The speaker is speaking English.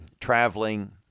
traveling